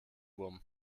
wurm